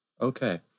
okay